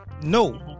No